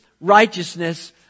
righteousness